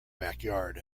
backyard